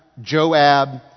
joab